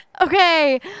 Okay